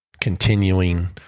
continuing